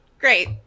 Great